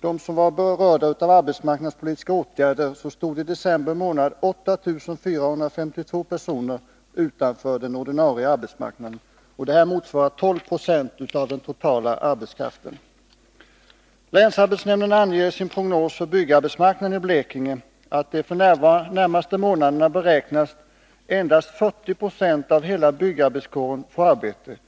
personer som berördes av arbetsmarknadspolitiska åtgärder, och i december månad stod 8 452 personer utanför den ”ordinarie” arbetsmarknaden, vilket motsvarade 12 26 av den totala arbetskraften. Länsarbetsnämnden anger i sin prognos för byggarbetsmarknaden i Blekinge att endast 40 96 av hela byggarbetskåren beräknas få arbete under de närmaste månaderna.